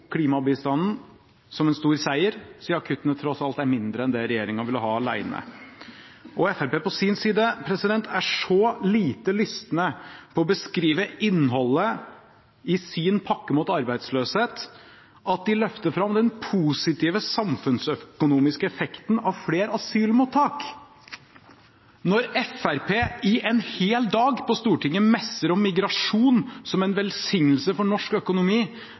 klimabistanden som en stor seier, siden kuttene tross alt er mindre enn det regjeringen alene ville ha. Fremskrittspartiet, på sin side, er så lite lystne på å beskrive innholdet i sin pakke mot arbeidsløshet at de løfter fram den positive samfunnsøkonomiske effekten av flere asylmottak. Når Fremskrittspartiet i en hel dag på Stortinget messer om migrasjon som en velsignelse for norsk økonomi,